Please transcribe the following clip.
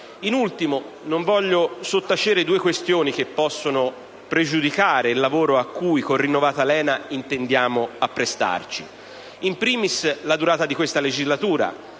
In ultimo, non voglio sottacere due questioni che possono pregiudicare il lavoro a cui, con rinnovata lena, intendiamo apprestarci. *In* *primis*, la durata di questa legislatura,